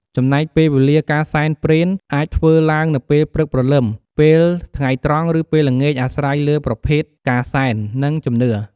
ចំណែកពេលវេលាការសែនព្រេនអាចធ្វើឡើងនៅពេលព្រឹកព្រលឹមពេលថ្ងៃត្រង់ឬពេលល្ងាចអាស្រ័យលើប្រភេទការសែន និងជំនឿ។